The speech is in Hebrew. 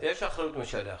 יש אחריות משלח.